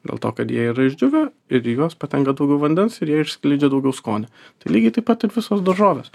dėl to kad jie yra išdžiūvę ir į juos patenka daugiau vandens ir jie išskleidžia daugiau skonio tai lygiai taip pat ir visos daržovės